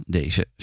deze